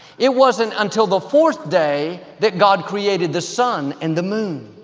it wasn't until the fourth day that god created the sun and the moon.